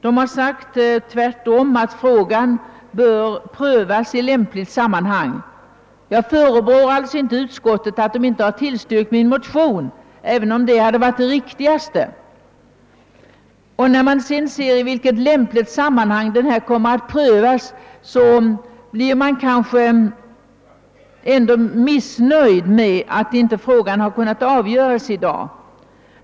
Det har tvärtom framhållit att frågan bör prövas i lämpligt sammanhang. Jag förebrår alltså inte utskottet för att det inte har tillstyrkt min motion, även om detta hade varit det riktigaste. När jag ser efter i vilket lämpligt sammanhang frågan kommer att prövas, blir jag kanske ändå missnöjd med att den inte har kunnat avgöras i dag.